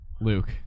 Luke